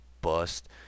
bust